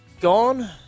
gone